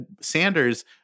Sanders